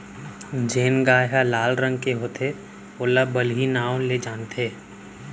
जेन गाय ह लाल रंग के होथे ओला बलही नांव ले जानथें